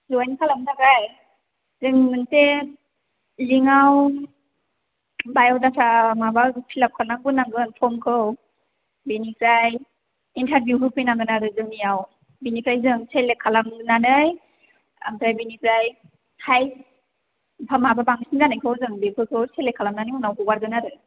जइन खालामनो थाखाय जों मोनसे बिदिनो बाय'दाटा माबा फिलाप खालामग्रोनांगोन फर्मखौ बेनिफ्राय इन्टारभिउ होफैनांगोन आरो जोंनियाव बेनिफ्राय जों सेलेक्ट खालामनानै ओमफ्राय बेनिफ्राय हाइस्ट ओमफ्राय माबा बांसिन जानायखौ जों बिसोरखौ सेलेक्ट खालामनानै उनाव हगारगोन आरो